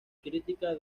crítica